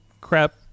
crap